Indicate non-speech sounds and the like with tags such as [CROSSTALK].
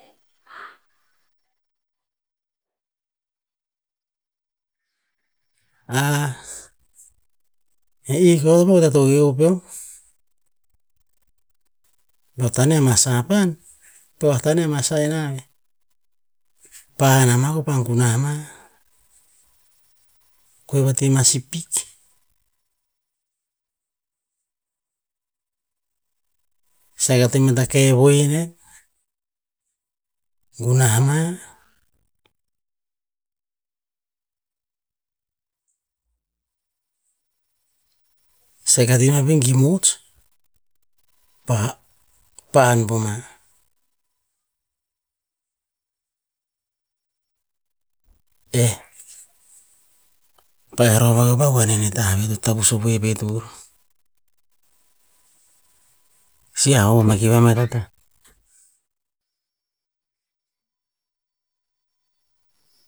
[HESITATION] e ih koeh mamoih va-utet eo to heh eh peom. Eo to hah tanah a mah sapan, to hah taneh ama saina veh, pahan nah ma kopa gunah ma, koeh vati ma sepik, sek ati ma ta keh voe nen gunah ma, sek ati ma pe gimots pa pahan po ma. [HESITATION] pa-eh rohv rakah vur pa huan ineh tah veh, to tavus ovoe rakah pet vur. Si hah hov ama ki vamet a tah.